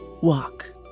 walk